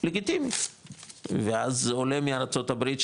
לגיטימי ואז עולה מארצות הברית,